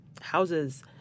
houses